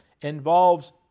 involves